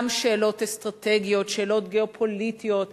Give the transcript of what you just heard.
גם שאלות אסטרטגיות, שאלות גיאו-פוליטיות,